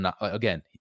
again